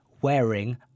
wearing